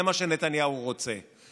זה מה שנתניהו רוצה.